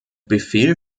befehl